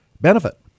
benefit